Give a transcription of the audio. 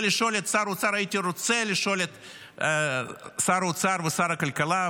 הייתי רוצה לשאול את שר האוצר ושר הכלכלה,